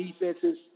defenses